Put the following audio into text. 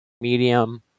medium